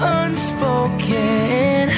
unspoken